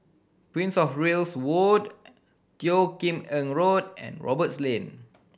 Prince Of Wales Wood Teo Kim Eng Road and Roberts Lane